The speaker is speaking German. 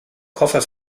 koffer